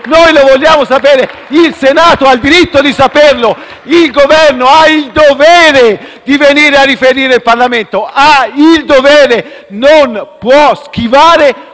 Noi lo vogliamo sapere! Il Senato ha il diritto di saperlo! Il Governo ha il dovere di venire a riferire al Parlamento! Ha il dovere! *(Applausi